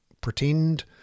pretend